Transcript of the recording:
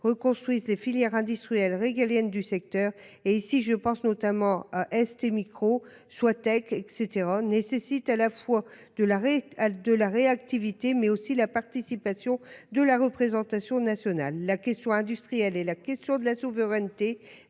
reconstruisent les filières industrielles régalienne du secteur et ici je pense notamment à STMicro SoiTec et cetera nécessite à la fois de l'arrêt de la réactivité, mais aussi la participation de la représentation nationale la question industrielle et la question de la souveraineté